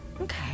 Okay